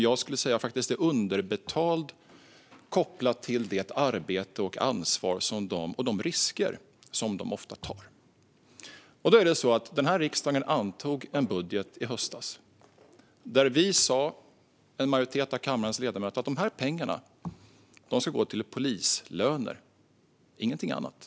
Jag skulle säga att den är underbetald kopplat till det arbete, det ansvar och de risker som den ofta tar. Riksdagen antog i höstas en budget där en majoritet av kammarens ledamöter sa: De här pengarna ska gå till polislöner och ingenting annat.